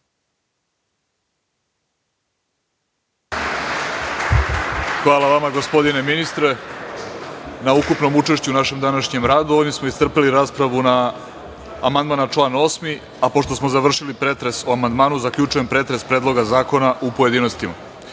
Hvala vam, gospodine ministre na ukupnom učešću u našem današnjem radu. Ovim smo iscrpeli raspravu na amandman na član 8.Pošto smo završili pretres o amandmanu, zaključujem pretres Predloga zakona u pojedinostima. Pošto